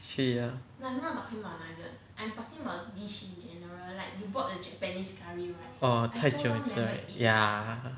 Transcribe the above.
actually ya orh 太久没吃 right ya